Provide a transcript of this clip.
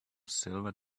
silver